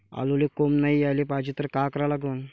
आलूले कोंब नाई याले पायजे त का करा लागन?